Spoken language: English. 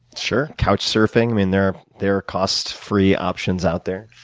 sure, couch surfing um and there there are cost free options out there.